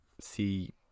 see